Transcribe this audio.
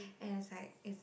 and it's like it's